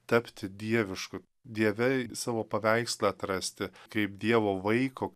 tapti dievišku dieve savo paveikslą atrasti kaip dievo vaiko